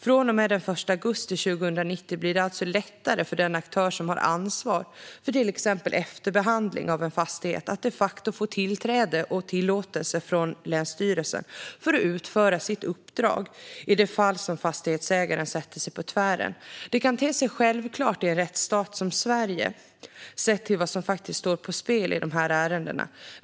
Från och med den 1 augusti 2019 blir det alltså lättare för den aktör som har ansvar för till exempel efterbehandling av en fastighet att de facto få tillträde till den och tillåtelse från länsstyrelsen att utföra sitt uppdrag i det fall fastighetsägaren sätter sig på tvären. Det kan te sig självklart i en rättsstat som Sverige sett till vad som faktiskt står på spel i dessa ärenden.